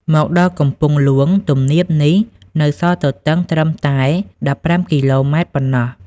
មកដល់កំពង់ហ្លួង ទំនាបនេះនៅសល់ទទឹងត្រឹមតែ ១៥ គីឡូម៉ែត្រប៉ុណ្ណោះ។